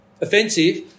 offensive